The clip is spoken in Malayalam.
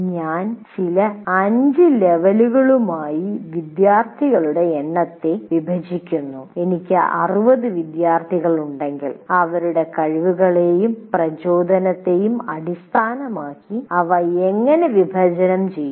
ഞാൻ ചില 5 ലെവലുകളായി വിദ്യാർത്ഥികളുടെ എണ്ണത്തെ വിഭജിക്കുന്നു എനിക്ക് 60 വിദ്യാർത്ഥികളുണ്ടെങ്കിൽ അവരുടെ കഴിവുകളെയും പ്രചോദനത്തെയും അടിസ്ഥാനമാക്കി അവ എങ്ങനെ വിഭജനം ചെയ്യുന്നു